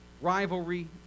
rivalry